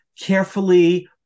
carefully